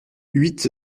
huit